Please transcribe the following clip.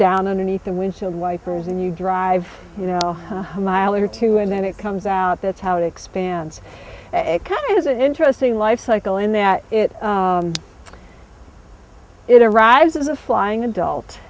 down underneath the windshield wipers and you drive you know mile or two and then it comes out that's how it expands it kind of is an interesting life cycle in that it it arrives as a flying adult